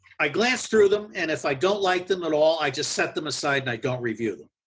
i glance through them and if i don't like them at all i just set them aside and i don't review them.